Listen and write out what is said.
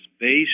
based